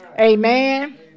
Amen